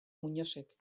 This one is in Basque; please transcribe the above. muñozek